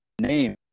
name